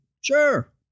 sure